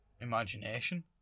imagination